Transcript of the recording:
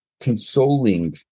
consoling